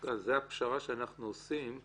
שדווקא הפשרה שאנחנו עושים,